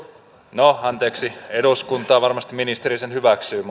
no anteeksi eduskuntaa ja varmasti ministeri sen hyväksyy